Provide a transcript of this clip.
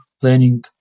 planning